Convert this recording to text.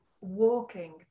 walking